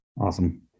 Awesome